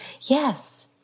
Yes